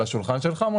מונחות על השולחן שלך.